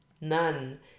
none